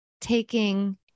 taking